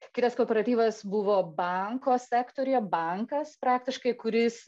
kitas kooperatyvas buvo banko sektoriuje bankas praktiškai kuris